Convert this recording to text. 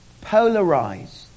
polarized